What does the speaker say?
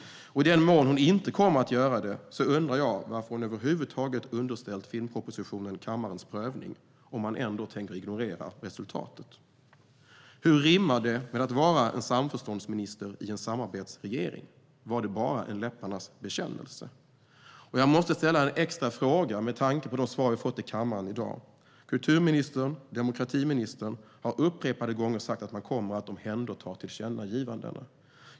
Och i den mån hon inte kommer att göra det, om hon ändå tänker ignorera resultatet, undrar jag varför hon över huvud taget underställt film-propositionen kammarens prövning. Hur rimmar det med att vara en samförståndsminister i en samarbetsregering? Eller var det bara en läpparnas bekännelse? Jag måste få ställa en extra fråga, med tanke på de svar vi har fått i kammaren i dag. Kultur och demokratiministern har upprepade gånger sagt att man kommer att omhänderta tillkännagivandena.